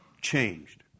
changed